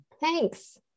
Thanks